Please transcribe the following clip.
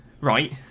Right